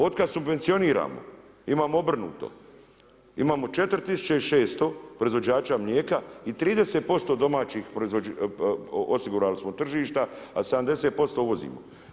Otkad subvencioniramo imamo obrnuto, imamo 4600 proizvođača mlijeka i 30% domaćih osigurali smo tržišta a 70% uvozimo.